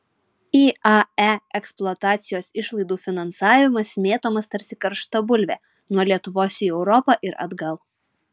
iae eksploatacijos išlaidų finansavimas mėtomas tarsi karšta bulvė nuo lietuvos į europą ir atgal